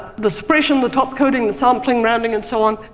the suppression, the top coding, the sampling, rounding, and so on.